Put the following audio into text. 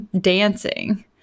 dancing